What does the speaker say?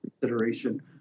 consideration